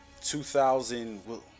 2000